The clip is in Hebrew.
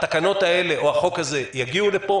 התקנות האלה או החוק הזה יגיעו לפה.